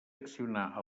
accionar